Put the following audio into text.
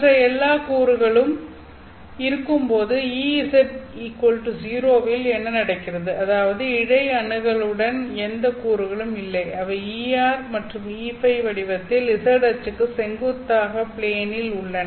மற்ற எல்லா கூறுகளும் இருக்கும்போது Ez 0 வில் என்ன நடக்கிறது அதாவது இழை அணுகலுடன் எந்த கூறுகளும் இல்லை அவை Er மற்றும் Eϕ வடிவத்தில் z அச்சுக்கு செங்குத்தாக ப்ளேனில் உள்ளன